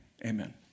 Amen